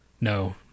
No